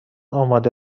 آماده